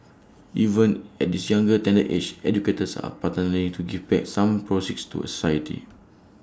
even at this younger tender age educators are partnering to give back some proceeds to society